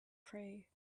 pray